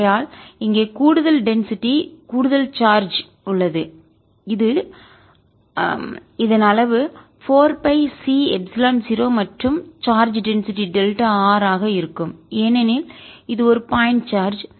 ஆகையால் இங்கே கூடுதல் டென்சிட்டி அடர்த்தி கூடுதல் சார்ஜ் கட்டணம் உள்ளது அது அளவு 4 பைC எப்சிலான் 0 மற்றும் சார்ஜ் டென்சிட்டிஅடர்த்தி டெல்டா ஆர் ஆக இருக்கும் ஏனெனில் இது ஒரு பாயிண்ட் சார்ஜ்